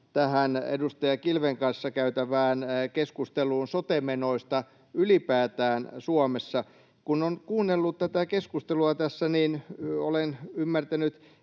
mukaan edustaja Kilven kanssa käytävään keskusteluun sote-menoista ylipäätään Suomessa. Kun olen kuunnellut tätä keskustelua tässä, niin olen ymmärtänyt